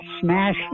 smash